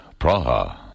Praha